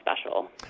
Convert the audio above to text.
special